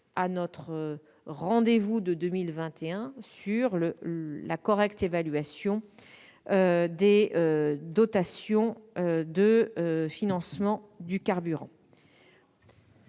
à notre rendez-vous de 2021 sur la correcte évaluation des dotations de financement de carburant.